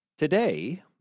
today